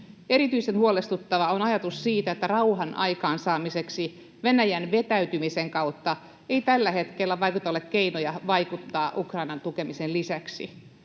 Erityisen huolestuttava on ajatus siitä, että rauhan aikaansaamiseksi Venäjän vetäytymisen kautta ei tällä hetkellä vaikuta olevan keinoja vaikuttaa Ukrainan tukemisen lisäksi.